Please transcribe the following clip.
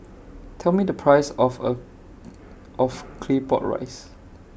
Tell Me The Price of A of Claypot Rice